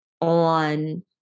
On